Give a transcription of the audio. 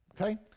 okay